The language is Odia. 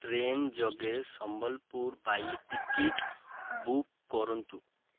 ଟ୍ରେନ ଯୋଗେ ସମ୍ବଲପୁର ପାଇଁ ଟିକେଟ୍ ବୁକ୍ କରନ୍ତୁ